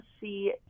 see